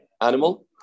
animal